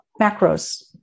macros